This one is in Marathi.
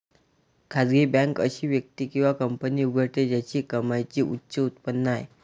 खासगी बँक अशी व्यक्ती किंवा कंपनी उघडते ज्याची कमाईची उच्च उत्पन्न आहे